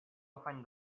afany